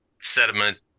sediment